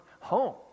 home